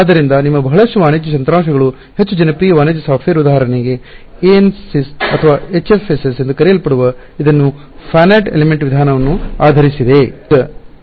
ಆದ್ದರಿಂದ ನಿಮ್ಮ ಬಹಳಷ್ಟು ವಾಣಿಜ್ಯ ತಂತ್ರಾಂಶಗಳು ಹೆಚ್ಚು ಜನಪ್ರಿಯ ವಾಣಿಜ್ಯ ಸಾಫ್ಟ್ವೇರ್ ಉದಾಹರಣೆಗೆ ANSYS ಅಥವಾ HFSS ಎಂದು ಕರೆಯಲ್ಪಡುವ ಇದನ್ನು ಸೀಮಿತ ಅಂಶ ಫಾನಾಟ್ ಎಲಿಮೆಂಟ್ ವಿಧಾನವನ್ನು ಆಧರಿಸಿದೆ